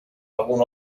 algun